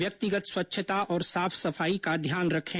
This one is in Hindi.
व्यक्तिगत स्वच्छता और साफ सफाई का ध्यान रखें